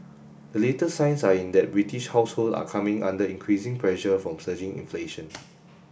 the latest signs are in that British households are coming under increasing pressure from surging inflation